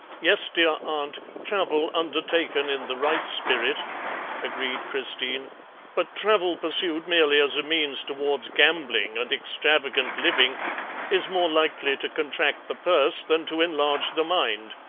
yes, dear aunt, travel undertaken in the right spirit agreed christine but travel pursued merely as a means towards gambling and extravagant living is more likely to contract the purse than to enlarge the mind.